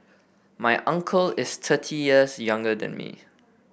my uncle is thirty years younger than me